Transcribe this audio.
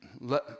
let